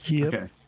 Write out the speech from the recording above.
Okay